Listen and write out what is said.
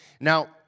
Now